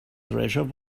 treasure